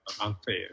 unfair